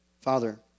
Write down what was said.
Father